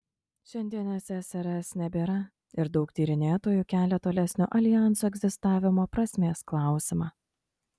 šiandien ssrs nebėra ir daug tyrinėtojų kelia tolesnio aljanso egzistavimo prasmės klausimą